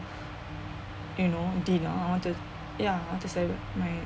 you know dinner to ya to celebrate my